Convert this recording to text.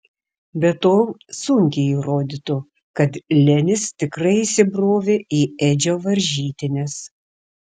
be to sunkiai įrodytų kad lenis tikrai įsibrovė į edžio varžytines